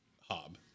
hob